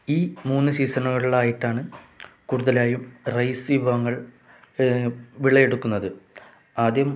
ഈ മൂന്ന് സീസണുകളിലായിട്ടാണ് കൂടുതലായും റൈസ് വിഭവങ്ങൾ വിളവെടുക്കുന്നത് ആദ്യം